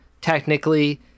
technically